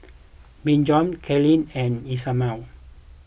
Brigid Carlyle and Ismael